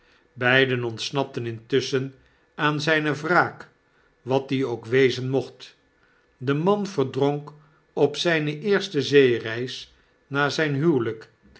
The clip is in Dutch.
beiden ontsnapten intusschen aan zijne wraak wat die ook wezen mocht de man verdronk op zijne eerste zeereis na zijn huwelijk